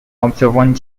observant